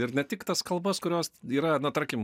ir ne tik tas kalbas kurios yra na tarkim